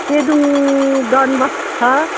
पेदोङ डनबक्स छ